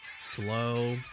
slow